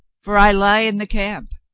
for i lie in the camp,